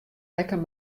rekken